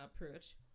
approach